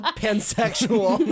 pansexual